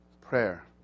prayer